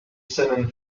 simon